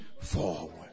forward